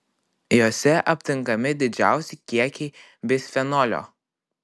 jose aptinkami didžiausi kiekiai bisfenolio